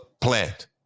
Plant